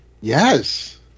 yes